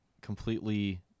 completely